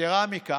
יתרה מזו,